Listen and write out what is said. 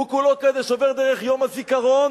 הוא כולו קודש, עובר דרך יום הזיכרון,